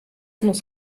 muss